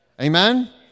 Amen